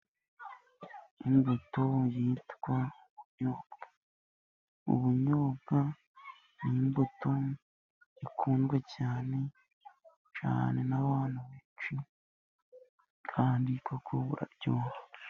Imbuto zitwa ubunyobwa, ubunyobwa ni imbuto zikundwa cyane cyane n'abantu benshi, kandi koko buraryoha.